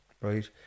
right